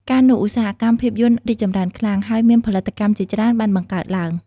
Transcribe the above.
កាលនោះ ឧស្សាហកម្មភាពយន្តរីកចម្រើនខ្លាំង ហើយមានផលិតកម្មជាច្រើនបានបង្កើតឡើង។